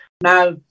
now